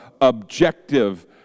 objective